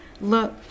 look